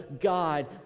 God